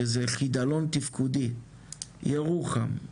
שזה חידלון תפקודי: ירוחם,